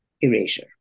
erasure